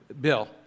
Bill